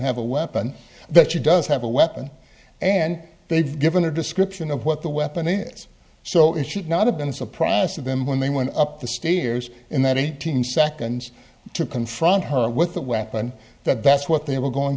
have a weapon that she does have a weapon and they've given a description of what the weapon is so it should not have been a surprise to them when they went up the stairs in that eighteen seconds to confront her with a weapon that that's what they were going